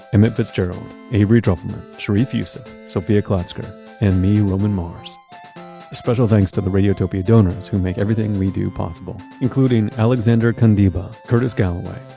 emmett fitzgerald, avery trufelman, sharif youssef, sofia klatzker and me, roman mars a special thanks to the radiotopia donors who make everything we do possible, including alexander kandyba, curtis galloway,